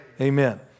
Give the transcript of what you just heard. Amen